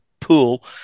pool